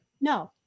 No